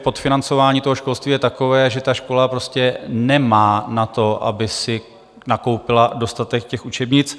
Podfinancování školství je takové, že ta škola prostě nemá na to, aby si nakoupila dostatek učebnic.